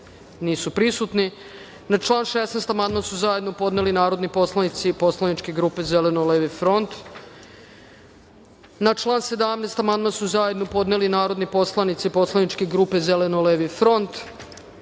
član 3. amandman su zajedno podneli narodni poslanici Poslaničke grupe Zeleno-levi front,